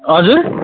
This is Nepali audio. हजुर